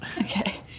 Okay